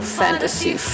fantasy